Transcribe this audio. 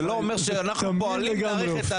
זה לא אומר שאנחנו פועלים להאריך.